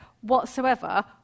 whatsoever